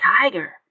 tiger